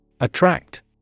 Attract